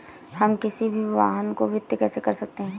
हम किसी भी वाहन को वित्त कैसे कर सकते हैं?